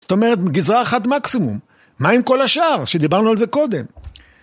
זאת אומרת גיזרה אחת מקסימום מה עם כל השאר שדיברנו על זה קודם